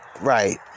Right